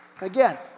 Again